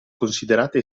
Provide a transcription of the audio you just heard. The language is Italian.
considerate